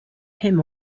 him